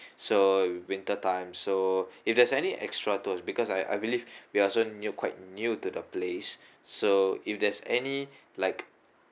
so winter time so if there's any extra tours because I I believe we also new quite new to the place so if there's any like